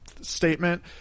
statement